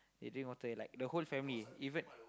they drink water it like the whole family even